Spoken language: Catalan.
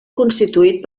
constituït